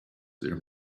there